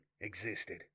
existed